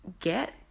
get